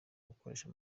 gukoresha